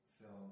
film